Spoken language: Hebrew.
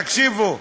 תקשיבו.